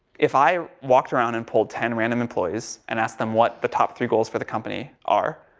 if i walked around and polled ten random employees and asked them what the top three goals for the company are,